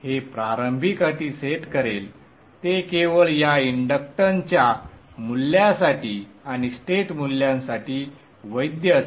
हे प्रारंभिक अटी सेट करेल ते केवळ या इंडक्टन्सच्या मूल्यासाठी आणि स्टेट मूल्यांसाठी वैध असेल